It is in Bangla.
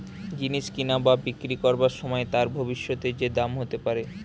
জিনিস কিনা বা বিক্রি করবার সময় তার ভবিষ্যতে যে দাম হতে পারে